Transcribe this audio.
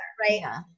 right